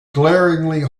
glaringly